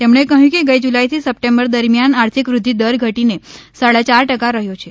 તેમણે કહ્યું કેગાય જુલાઇથી સપ્ટેમ્બર દરમિયાન આર્થિક વૃદ્ધિ દર ઘટીને સાડા ચાર ટકા રહ્યો છે